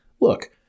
look